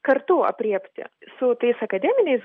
kartu aprėpti su tais akademiniais